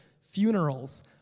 funerals